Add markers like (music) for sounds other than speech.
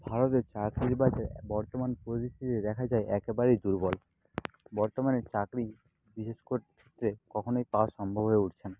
ভারতের চাকরির বাজার বর্তমান পরিস্থিতিতে দেখা যায় একবারেই দুর্বল বর্তমানে চাকরি বিশেষ কর (unintelligible) কখনই পাওয়া সম্ভব হয়ে উঠছে না